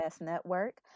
Network